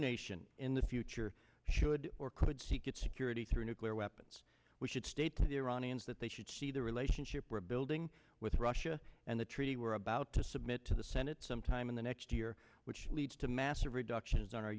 nation in the future should or could seek its security through nuclear weapons we should state to the iranians that they should see the relationship we're building with russia and the treaty we're about to submit to the senate sometime in the next year which leads to massive reduction